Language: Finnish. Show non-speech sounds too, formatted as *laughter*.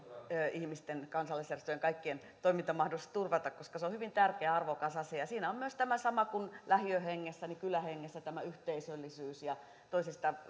ihmisten kansallisjärjestöjen kaikkien toimintamahdollisuudet koska se on hyvin tärkeä arvokas asia siinä kylähengessä on myös tämä sama kuin lähiöhengessä tämä yhteisöllisyys ja toisista *unintelligible*